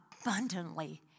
abundantly